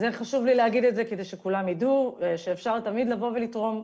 חשוב לי להגיד את זה כדי שכולם ידעו שאפשר תמיד לבוא ולתרום.